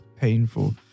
painful